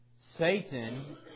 Satan